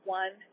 one